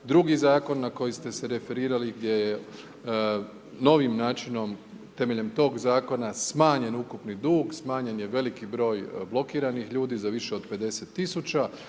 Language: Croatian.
Drugi Zakon na koji ste se referirali gdje je novim načinom temeljem toga Zakona smanjen ukupni dug, smanjen je veliki broj blokiranih ljudi, za više od 50 000.